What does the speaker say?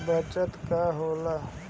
बचत खाता का होला?